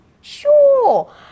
sure